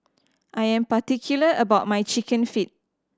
I am particular about my Chicken Feet